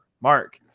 Mark